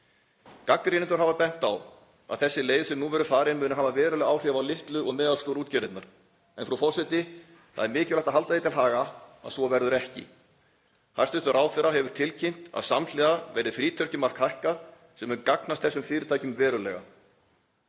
Gagnrýnendur hafa bent á að þessi leið sem nú verður farin muni hafa veruleg áhrif á litlu og meðalstóru útgerðirnar. En, frú forseti, það er mikilvægt að halda því til haga að svo verður ekki. Hæstv. ráðherra hefur tilkynnt að samhliða verði frítekjumark hækkað sem mun gagnast þessum fyrirtækjum verulega.